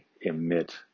emit